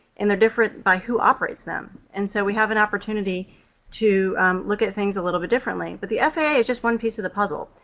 and they're different by who operates them, and so we have an opportunity to look at things a little bit differently, but the faa is just one piece of the puzzle,